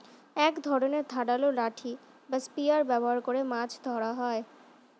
এক ধরনের ধারালো লাঠি বা স্পিয়ার ব্যবহার করে মাছ ধরা হয়